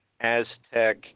Aztec